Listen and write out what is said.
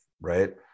right